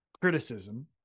criticism